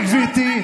גברתי,